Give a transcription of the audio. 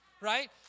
right